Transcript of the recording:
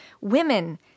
Women